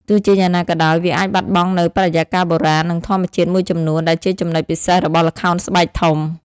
ទោះជាយ៉ាងណាក៏ដោយ វាអាចបាត់បង់នូវបរិយាកាសបុរាណ និងធម្មជាតិមួយចំនួនដែលជាចំណុចពិសេសរបស់ល្ខោនស្បែកធំ។